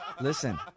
Listen